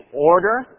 order